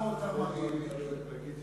הוקצבה לי חצי שעה, אני מקווה שאספיק להגיד הכול